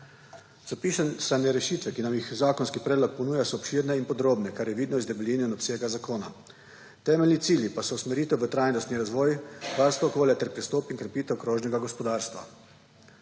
Zapisane rešite, ki nam jih zakonski predlog ponuja, so obširne in podrobne, kar je vidno iz debeline in obsega zakona. Temeljni cilji pa so usmeritev v trajnostni razvoj, varstvo okolja ter pristop in krepitev krožnega gospodarstva.